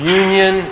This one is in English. union